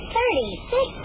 Thirty-six